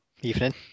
Evening